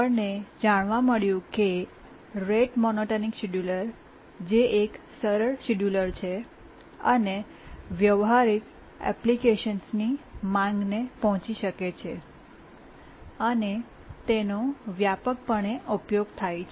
આપણને જાણવા મળ્યું કે રેટ મોનોટોનિક શિડ્યુલર જે એક સરળ શિડ્યુલર છે અને વ્યવહારિક એપ્લિકેશન્સની માંગને પહોંચી શકે છે અને તેનો વ્યાપકપણે ઉપયોગ થાય છે